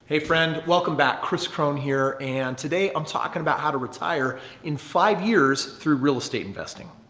hey friend. welcome back. kris krohn here. and today, i'm talking about how to retire in five years through real estate investing.